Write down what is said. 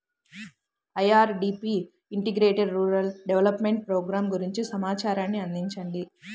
IRDP integrated rural development programme గురించి సమాచారాన్ని అందించండి?